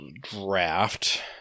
draft